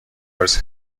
als